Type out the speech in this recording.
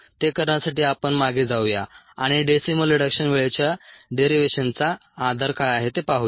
ते करण्यासाठी आपण मागे जाऊया आणि डेसिमल रिडक्शन वेळेच्या डेरिवेशनचा आधार काय आहे ते पाहूया